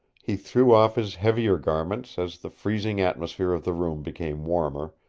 he threw off his heavier garments as the freezing atmosphere of the room became warmer,